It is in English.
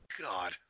god